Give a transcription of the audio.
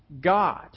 God